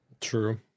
True